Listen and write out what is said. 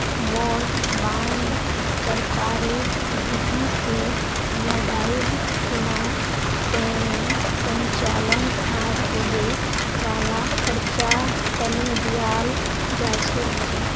war bond सरकारेर भीति से लडाईर खुना सैनेय संचालन आर होने वाला खर्चा तने दियाल जा छे